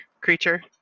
creature